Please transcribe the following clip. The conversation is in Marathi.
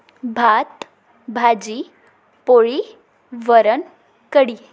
भात भाजी पोळी वरण कढी